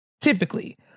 typically